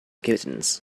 kittens